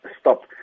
stop